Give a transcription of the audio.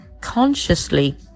consciously